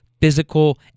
physical